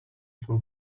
for